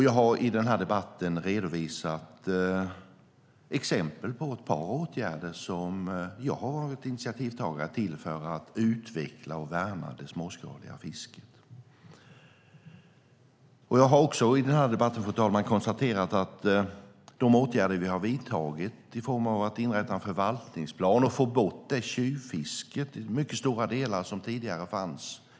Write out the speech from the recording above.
Jag har i debatten redovisat ett par åtgärder för att utveckla och värna det småskaliga fisket vilka jag har varit initiativtagare till. Jag har också, fru talman, konstaterat att vi har vidtagit åtgärder i form av att inrätta en förvaltningsplan och få bort det tjuvfiske som tidigare fanns i mycket stora delar.